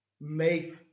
make